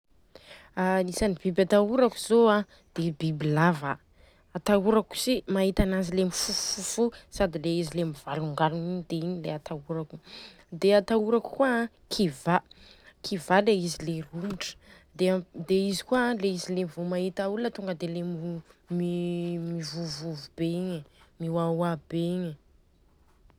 Anisany biby atahorako zô a dia biby lava. Atahorako si mahita ananjy le mifofofofo sady le izy mivalongalogna igny dia igny dia atahorako. Dia atahorako koa a kiva, kiva a le izy le romotra. Dia izy koa le izy vao mahita olona dia le mivovovo be igny, mioaoa be igny.